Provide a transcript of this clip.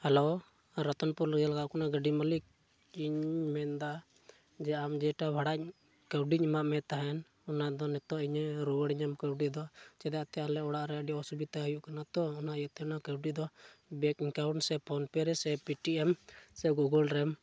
hello Ratanpur ᱨᱮᱜᱮ ᱞᱟᱜᱟᱣ ᱠᱟᱱᱟ ᱜᱟᱹᱰᱤ ᱢᱟᱹᱞᱤᱠ ᱤᱧ ᱢᱮᱱᱫᱟ ᱟᱢ ᱡᱮᱴᱟ ᱵᱷᱟᱲᱟᱧ ᱠᱟᱹᱣᱰᱤᱧ ᱮᱢᱟᱫ ᱢᱮ ᱛᱟᱦᱮᱸᱫ ᱚᱱᱟ ᱫᱚ ᱱᱤᱛᱚᱜ ᱨᱩᱣᱟᱹᱲᱤᱧᱟᱢ ᱠᱟᱹᱣᱰᱤ ᱫᱚ ᱪᱮᱫᱟᱜ ᱛᱚ ᱟᱞᱮ ᱚᱲᱟᱜ ᱨᱮ ᱟᱹᱰᱤ ᱚᱥᱩᱵᱤᱫᱷᱟ ᱦᱩᱭᱩᱜ ᱠᱟᱱᱟ ᱛᱚ ᱚᱱᱟ ᱤᱭᱟᱹᱛᱮ ᱚᱱᱟ ᱠᱟᱹᱣᱰᱤ ᱫᱚ ᱵᱮᱸᱠ ᱮᱠᱟᱣᱩᱱᱴ ᱥᱮ ᱯᱷᱳᱱ ᱯᱮ ᱥᱮ ᱯᱮᱴᱤᱭᱮᱢ ᱥᱮ ᱜᱩᱜᱳᱞ ᱨᱮᱢ